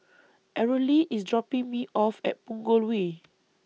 Arely IS dropping Me off At Punggol Way